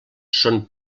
són